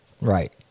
Right